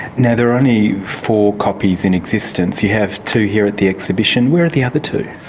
now, there are only four copies in existence. you have two here at the exhibition, where are the other two?